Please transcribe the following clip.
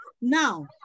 Now